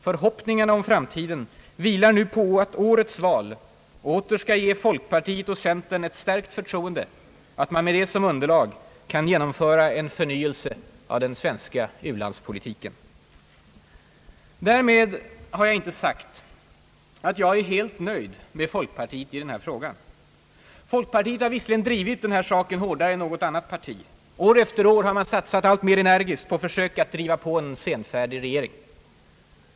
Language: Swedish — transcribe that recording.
Förhoppningarna om framtiden vilar därför på att årets val åter skall ge folkpartiet och centern ett stärkt förtroende och att man med det som underlag kan genomföra en förnyelse av den svenska u-landspolitiken. Därmed har jag inte sagt att jag är helt nöjd med folkpartiet i denna fråga. Folkpartiet har visserligen drivit denna sak hårdare än något annat parti. År efter år har man satsat alltmer energiskt på försök att driva på en senfärdig regering.